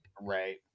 Right